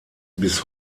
bis